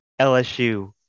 LSU